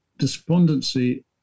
despondency